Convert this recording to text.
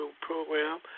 program